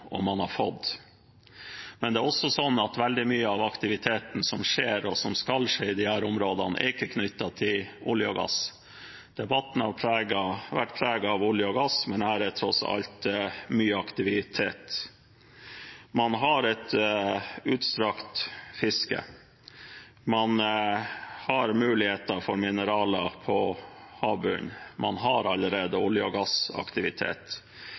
og fått. Men veldig mye av aktiviteten som skjer, og som skal skje, i disse områdene, er ikke knyttet til olje og gass. Debatten har vært preget av olje og gass, men her er det tross alt mye aktivitet. Man har et utstrakt fiske, man har muligheter for mineraler på havbunnen, man har allerede olje- og gassaktivitet.